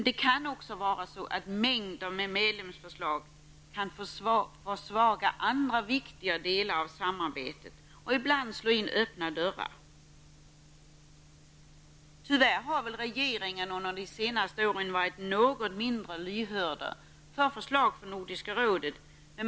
Det kan också vara så att mängder med medlemsförslag kan försvaga andra viktiga delar av samarbetet och ibland slå in öppna dörrar. Tyvärr har väl regeringen under de senaste åren varit något mindre lyhörd för förslag från Nordiska rådet.